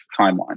timeline